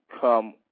come